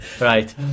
right